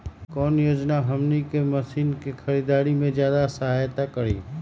कौन योजना हमनी के मशीन के खरीद में ज्यादा सहायता करी?